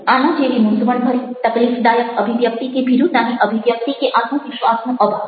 આના જેવી મૂંઝવણભરી તકલીફદાયક અભિવ્યક્તિ કે ભીરુતાની અભિવ્યક્તિ કે આત્મવિશ્વાસનો અભાવ